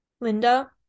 Linda